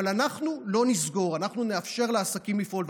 אבל אנחנו לא נסגור, אנחנו נאפשר לעסקים לפעול.